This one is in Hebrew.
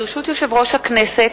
ברשות יושב-ראש הכנסת,